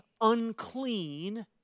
unclean